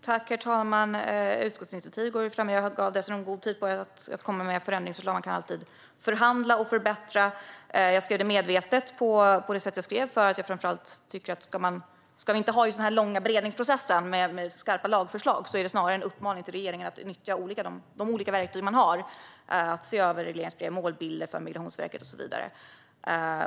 Herr talman! Utskottsinitiativ går ju att förändra, och jag gav er dessutom god tid att komma med förslag på förändringar. Man kan alltid förhandla och förbättra. Jag skrev medvetet på det sätt jag skrev för att jag framför allt tycker att man inte behövde ha den där långa beredningsprocessen som finns vid skarpa lagförslag. Det var snarare en uppmaning till regeringen att nyttja de olika verktyg som finns, till exempel att se över regleringsbrev och målbilder för Migrationsverket och så vidare.